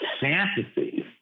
fantasies